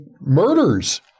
murders